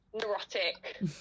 neurotic